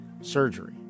surgery